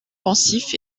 pensif